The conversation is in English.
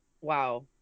Wow